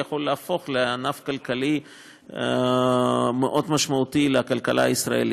זה יכול להפוך לענף כלכלי מאוד משמעותי לכלכלה הישראלית.